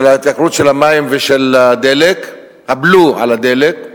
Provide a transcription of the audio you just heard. ההתייקרות של המים ושל הדלק, הבלו על הדלק.